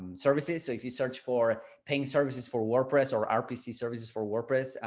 services. so if you search for paying services for wordpress, or rpc services for wordpress,